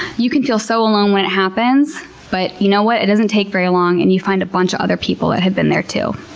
you can feel so alone when it happens, but you know what? it doesn't take very long, and you find a bunch of other people that have been there, too.